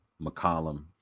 McCollum